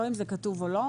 לא אם זה כתוב או לא.